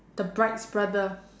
the bride's brother